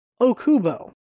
Okubo